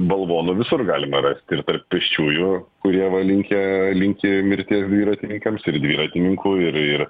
balvonų visur galima rasti ir tarp pėsčiųjų kurie va linkę linki mirti dviratininkams ir dviratininkų ir ir